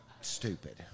stupid